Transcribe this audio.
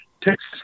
Texas